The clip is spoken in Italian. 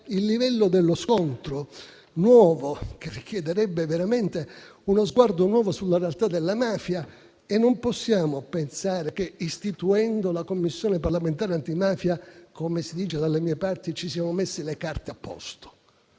il livello dello scontro, che richiederebbe veramente uno sguardo nuovo sulla realtà della mafia. Non possiamo pensare che, istituendo la Commissione parlamentare antimafia, come si dice dalle mie parti, ci siamo messi le carte a posto,